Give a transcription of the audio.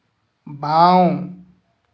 বাঁও